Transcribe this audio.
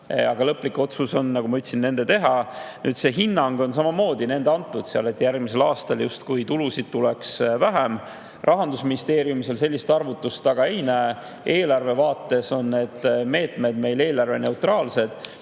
aga lõplik otsus on, nagu ma ütlesin, nende teha. See hinnang on samamoodi nende antud, et järgmisel aastal ilmselt tulusid tuleb vähem. Rahandusministeerium seal sellist arvutust aga ei näe. Eelarve vaates on need meetmed meil eelarveneutraalsed